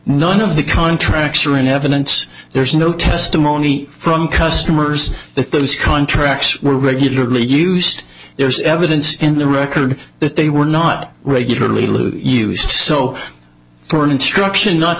none of the contracts are in evidence there's no testimony from customers that those contracts were regularly used there's evidence in the record that they were not regularly lose use so for an instruction n